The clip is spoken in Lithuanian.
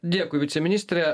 dėkui viceministre